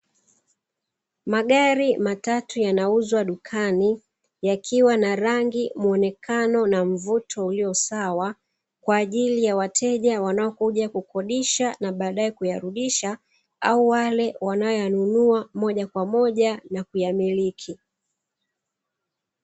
Magari matatu yanauzwa dukani, yakiwa na rangi, muonekano na mvuto ulio sawa, kwa ajili ya wateja wanaokuja kukodisha na baadaye kuyarudisha au wale wanaoyanunua moja kwa moja na kuyamiliki.